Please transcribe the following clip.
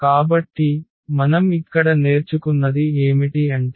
కాబట్టి మనం ఇక్కడ నేర్చుకున్నది ఏమిటి అంటే